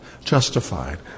justified